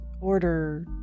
order